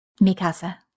Mikasa